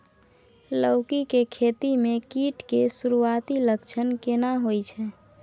लौकी के खेती मे कीट के सुरूआती लक्षण केना होय छै?